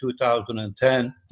2010